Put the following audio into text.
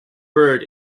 bird